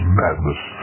madness